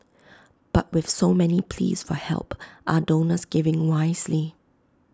but with so many pleas for help are donors giving wisely